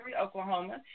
Oklahoma